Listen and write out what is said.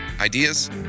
ideas